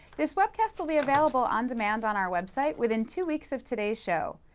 this webcast will be available on demand on our website within two weeks of today's show.